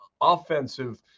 offensive